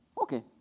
Okay